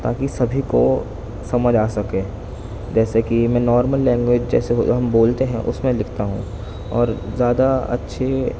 تاکہ سبھی کو سمجھ آ سکے جیسے کہ میں نارمل لینگویج جیسے ہم بولتے ہیں اس میں لکھتا ہوں اور زیادہ اچھے